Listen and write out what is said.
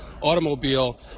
automobile